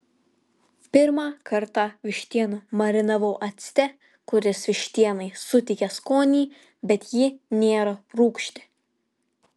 pirmą kartą vištieną marinavau acte kuris vištienai suteikia skonį bet ji nėra rūgšti